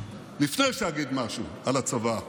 לפני שאגיד משהו על הצבא,